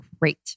great